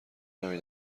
نمی